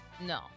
No